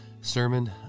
sermon